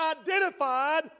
identified